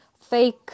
fake